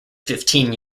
fifteen